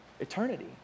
Eternity